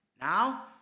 Now